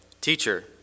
teacher